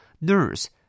nurse